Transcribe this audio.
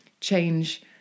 change